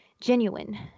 genuine